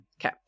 okay